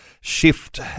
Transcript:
shift